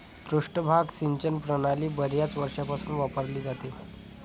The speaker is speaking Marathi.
पृष्ठभाग सिंचन प्रणाली बर्याच वर्षांपासून वापरली जाते